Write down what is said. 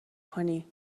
کنی